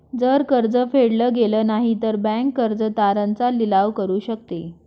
जर कर्ज फेडल गेलं नाही, तर बँक कर्ज तारण चा लिलाव करू शकते